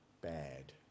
bad